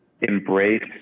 embrace